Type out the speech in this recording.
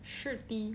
是的